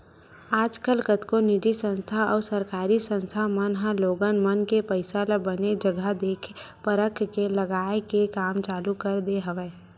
आजकल कतको निजी संस्था अउ सरकारी संस्था मन ह लोगन मन के पइसा ल बने जघा देख परख के लगाए के काम चालू कर दे हवय